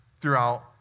throughout